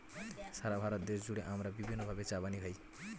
সারা ভারত দেশ জুড়ে আমরা বিভিন্ন ভাবে চা বানিয়ে খাই